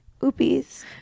oopies